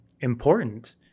important